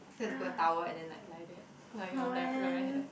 then have to put a towel and then like lie there cause I cannot dry hair